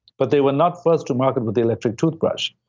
but they were not first to market with the electric toothbrush,